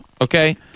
okay